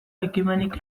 ekimenik